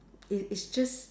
it it's just